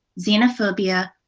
xenophobia,